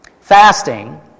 Fasting